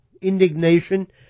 indignation